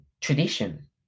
tradition